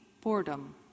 boredom